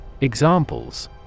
Examples